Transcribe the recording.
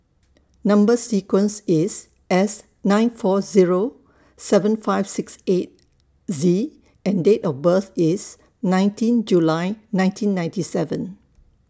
Number sequence IS S nine four Zero seven five six eight Z and Date of birth IS nineteen July nineteen ninety seven